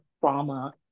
trauma